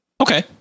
Okay